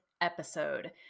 episode